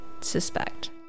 suspect